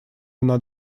она